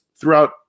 throughout